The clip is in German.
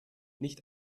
nicht